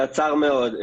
קצר מאוד.